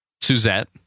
Suzette